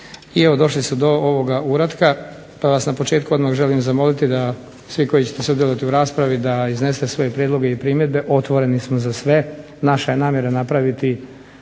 i evo došli su do ovoga uratka, pa vas na početku odmah želim zamoliti da svi koji ćete sudjelovati u raspravi da iznesete svoje prijedloge i primjedbe, otvoreni smo za sve, naša je namjera napraviti